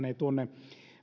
ei